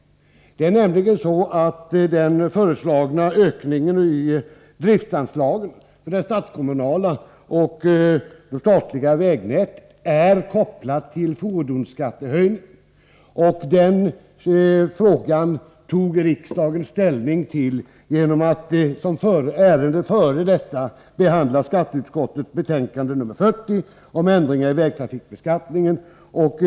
Det är nämligen så att den föreslagna ökningen av driftanslagen för det statskommunala och det statliga vägnätet är kopplat till fordonsskattehöjningen, och den frågan tog kammaren ställning till genom att som föregående ärende på föredragningslistan behandla skatteutskottets betänkande nr 40 om ändringar i vägtrafikbeskattningen.